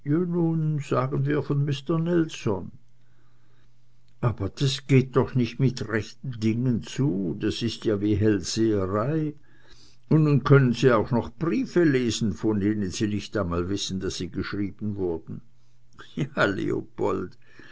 sagen wir von mister nelson aber das geht doch nicht mit rechten dingen zu das ist ja wie hellseherei nun können sie auch noch briefe lesen von denen sie nicht einmal wissen daß sie geschrieben wurden ja leopold